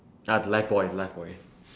ah the lifebuoy lifebuoy